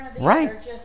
right